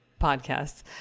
podcasts